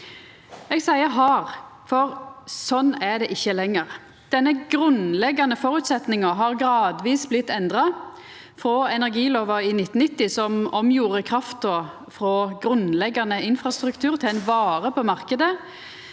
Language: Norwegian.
Eg seier «har», for sånn er det ikkje lenger. Denne grunnleggjande føresetnaden har gradvis blitt endra, frå energilova i 1990, som omgjorde krafta frå å vera ein grunnleggjande infrastruktur til ei vare på marknaden,